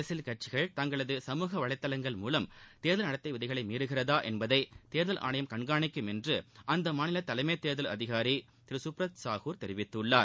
அரசியல் கட்சிகள் தங்களின் சமூக வலைதளங்கள் மூலம் தேர்தல் நடத்தை விதிகளை மீறுகிறதா என்பதை தேர்தல் ஆணையம் கண்காணிக்கும் என்று அந்த மாநில தலைமை தேர்தல் அதிகாரி திரு சுப்ரத் சாஹுர் தெரிவித்துள்ளார்